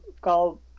call